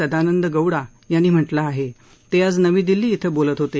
सदानंद गौडा यांनी म्हटल आहे ते आज नवी दिल्ली इथं बोलत होते